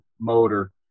motor